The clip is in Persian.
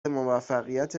موفقیت